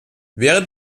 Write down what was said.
während